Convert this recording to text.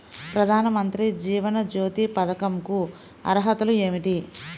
ప్రధాన మంత్రి జీవన జ్యోతి పథకంకు అర్హతలు ఏమిటి?